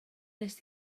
wnest